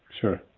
Sure